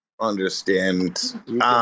understand